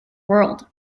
world